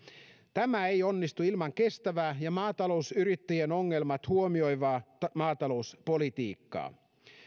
tämä ei onnistu ilman kestävää ja maatalousyrittäjien ongelmat huomioivaa maatalouspolitiikkaa